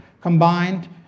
combined